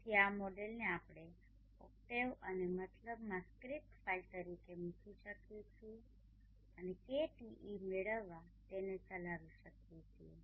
તેથી આ મોડેલને આપણે octave અને MATLABમાં સ્ક્રિપ્ટ ફાઇલ તરીકે મૂકી શકીએ છીએ અને KTe મેળવવા માટે તેને ચલાવી શકીએ છીએ